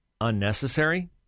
unnecessary